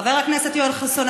חבר הכנסת יואל חסון,